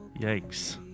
Yikes